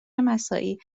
مساعی